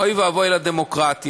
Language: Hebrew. אוי ואבוי לדמוקרטיה.